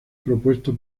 propuesto